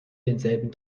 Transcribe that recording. denselben